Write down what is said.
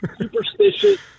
superstitious